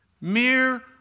mere